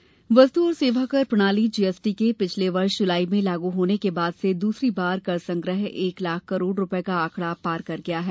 GST वस्तु और सेवा कर प्रणाली जीएसटी के पिछले वर्ष जुलाई में लागू होने के बाद से दूसरी बार कर संग्रह एक लाख करोड़ रुपये का आकड़ा पार कर गया है